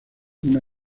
una